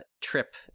trip